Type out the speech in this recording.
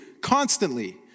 constantly